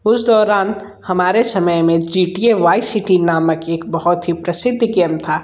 उस दौरान हमारे समय में G T A Vice City नामक एक बहुत ही प्रसिद्ध गेम था